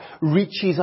reaches